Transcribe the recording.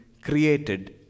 created